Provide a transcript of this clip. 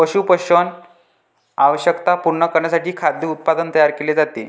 पशु पोषण आवश्यकता पूर्ण करण्यासाठी खाद्य उत्पादन तयार केले जाते